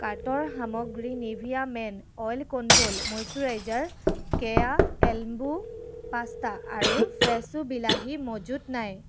কাৰ্টৰ সামগ্ৰী Nivea men oil control moisturiser কেয়া এল্বো পাস্তা আৰু ফ্ৰেছো বিলাহী মজুত নাই